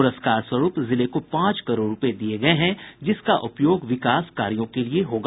पुरस्कार स्वरूप जिले को पांच करोड़ रूपये दिये गये हैं जिसका उपयोग विकास कार्यों के लिये होगा